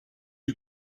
you